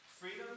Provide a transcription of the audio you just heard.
freedom